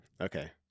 Okay